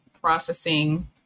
processing